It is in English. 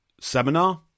seminar